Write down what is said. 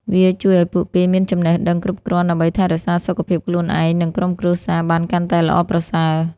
វាជួយឲ្យពួកគេមានចំណេះដឹងគ្រប់គ្រាន់ ដើម្បីថែរក្សាសុខភាពខ្លួនឯង និងក្រុមគ្រួសារបានកាន់តែល្អប្រសើរ។